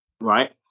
right